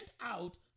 out